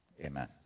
Amen